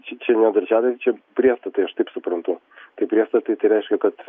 čia čia ne darželiai čia priestatai aš taip suprantu tai priestatai tai reiškia kad